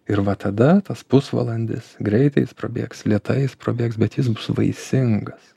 ir va tada tas pusvalandis greitai jis prabėgs lėtai jis prabėgs bet jis bus vaisingas